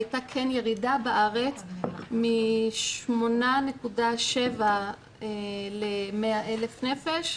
הייתה כן ירידה בארץ מ-8.7 ל-100,000 נפש,